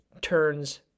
turns